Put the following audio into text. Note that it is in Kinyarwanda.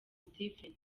steven